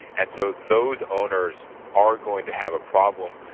and so those owners are going to have a problem.